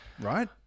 right